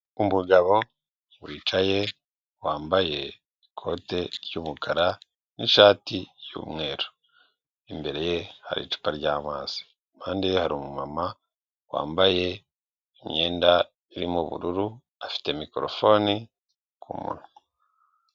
Umugabo wicaye wambaye ikote ry'umukara n'ishati y'umweru, imbere ye hari icupa ry'amazi, impande ye hari umama wambaye imyenda irimo ubururu, afite mikorofone ku munwa.